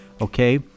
okay